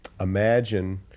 Imagine